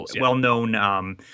well-known